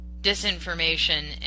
disinformation